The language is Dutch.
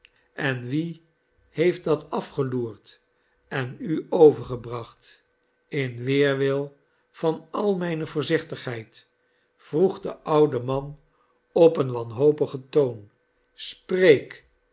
en wie heeft dat afgeloerd en u overgebracht in weerwil van al mijne voorzichtigheid vroeg de oude man op een wanhopigen toon spreek